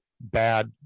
bad